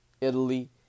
Italy